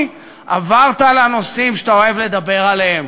עברת לנושאים שאתה אוהב לדבר עליהם.